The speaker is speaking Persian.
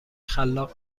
خلاق